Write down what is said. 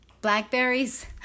blackberries